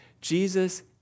Jesus